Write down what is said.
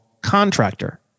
contractor